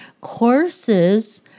courses